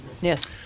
Yes